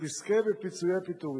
יזכה בפיצויי פיטורים.